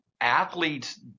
athletes